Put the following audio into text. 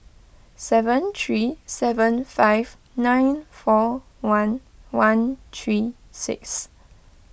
seven three seven five nine four one one three six